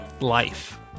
life